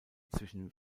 zwischen